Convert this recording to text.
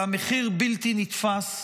והמחיר בלתי נתפס,